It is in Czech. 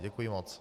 Děkuji moc.